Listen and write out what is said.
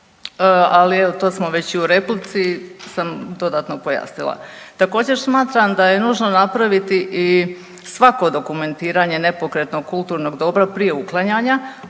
evo to smo već i u replici sam dodatno pojasnila. Također smatram da je nužno napraviti i svako dokumentiranje nepokretnog kulturnog dobra prije uklanjanja